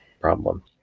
problem